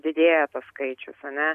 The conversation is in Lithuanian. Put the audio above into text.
didėja tas skaičius ar ne